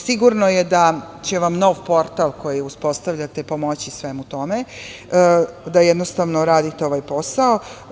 Sigurno je da će vam novi portal koji uspostavljate pomoći svemu tome da jednostavno radite ovaj posao.